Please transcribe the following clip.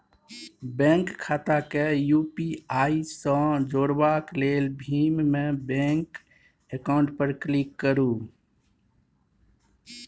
bank खाता केँ UPI सँ जोरबाक लेल भीम मे बैंक अकाउंट पर क्लिक करु